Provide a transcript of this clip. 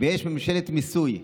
ויש ממשלת מיסוי.